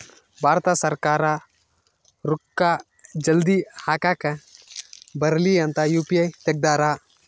ಭಾರತ ಸರ್ಕಾರ ರೂಕ್ಕ ಜಲ್ದೀ ಹಾಕಕ್ ಬರಲಿ ಅಂತ ಯು.ಪಿ.ಐ ತೆಗ್ದಾರ